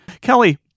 kelly